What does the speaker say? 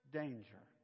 danger